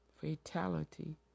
fatality